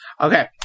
Okay